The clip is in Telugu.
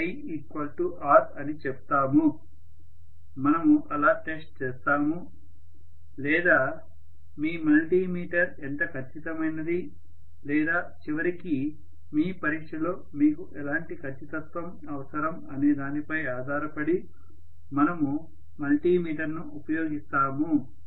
మనము అలా టెస్ట్ చేస్తాము లేదా మీ మల్టీమీటర్ ఎంత ఖచ్చితమైనది లేదా చివరికి మీ పరీక్షలో మీకు ఎలాంటి ఖచ్చితత్వం అవసరం అనే దానిపై ఆధారపడి మనము మల్టీమీటర్ను ఉపయోగిస్తాము